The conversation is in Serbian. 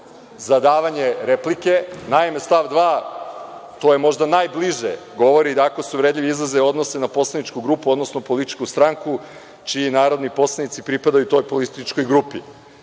za davanje replike. Naime, stav 2, to je možda najbliže, govori da ako se uvredljivi izrazi odnose na poslaničku grupu, odnosno političku stranku čiji narodni poslanici pripadaju toj političkoj grupi.U